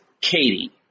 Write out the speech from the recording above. Katie